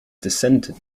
dissented